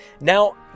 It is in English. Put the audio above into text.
now